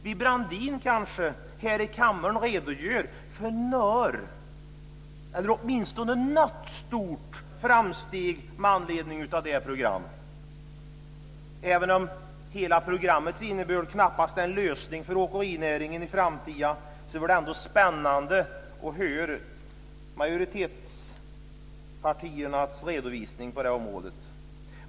Vill Brandin kanske här i kammaren redogöra för några eller åtminstone något stort framsteg med anledning av det programmet? Även om hela programmets innebörd knappast är en lösning för åkerinäringen i framtiden vore det ändå spännande att höra majoritetspartiernas redovisning på det här området.